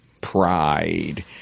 pride